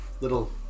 little